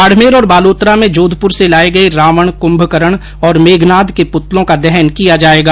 बाडमेर और बालोतरा में जोघपुर से लाये गये रावण कुम्भकरण और मेघनाथ के पुतलों का दहन किया जायेगा